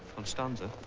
constanza?